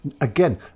Again